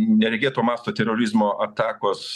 neregėto masto terorizmo atakos